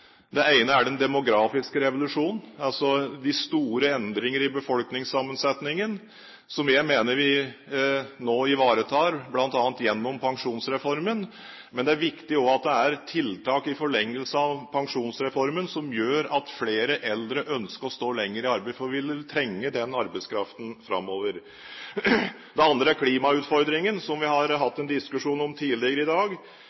Det ene er den demografiske revolusjonen, de store endringene i befolkningssammensetningen, som jeg mener vi nå ivaretar, bl.a. gjennom pensjonsreformen. Men det er viktig at det i forlengelsen av pensjonsreformen også er tiltak som gjør at flere eldre ønsker å stå lenger i arbeid, for vi vil trenge den arbeidskraften framover. Det andre er klimautfordringen, som vi har hatt en diskusjon om tidligere i dag.